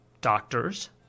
doctors